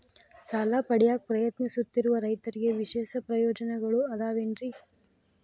ಸಾಲ ಪಡೆಯಾಕ್ ಪ್ರಯತ್ನಿಸುತ್ತಿರುವ ರೈತರಿಗೆ ವಿಶೇಷ ಪ್ರಯೋಜನಗಳು ಅದಾವೇನ್ರಿ?